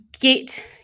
get